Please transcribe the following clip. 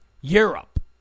Europe